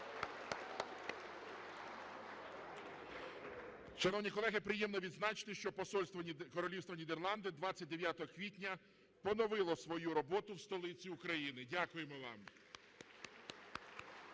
Шановні колеги, приємно відзначити, що посольство Королівства Нідерланди 29 квітня поновило свою роботу в столиці України. Дякуємо вам.